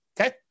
Okay